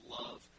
love